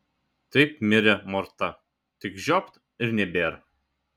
taip mirė morta tik žiopt ir nebėr